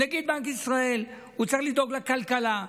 נגיד בנק ישראל צריך לדאוג לכלכלה,